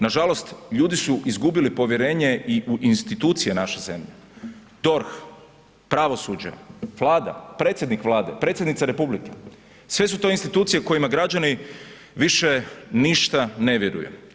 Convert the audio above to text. Nažalost, ljudi su izgubili povjerenje i u institucije naše zemlje, DORH, pravosuđe, Vlada, predsjednik Vlade, predsjednica Republike, sve su to institucije kojima građani više ništa ne vjeruju.